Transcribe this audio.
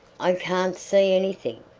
i can't see anything,